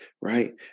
right